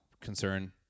concern